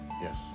yes